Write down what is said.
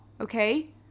Okay